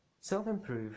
self-improve